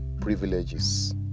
privileges